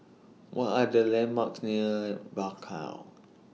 What Are The landmarks near Bakau